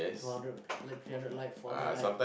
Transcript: two hundred like three hundred like four hundred like